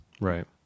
Right